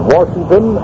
Washington